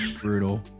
Brutal